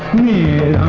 me